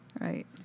Right